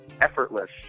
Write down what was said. effortless